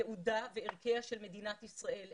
ייעודה וערכיה של מדינת ישראל.